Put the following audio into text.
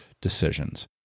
decisions